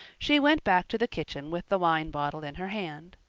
she went back to the kitchen with the wine bottle in her hand.